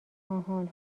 آهان